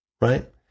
right